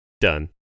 done